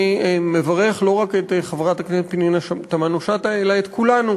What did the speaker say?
אני מברך לא רק את חברת הכנסת פנינה תמנו-שטה אלא את כולנו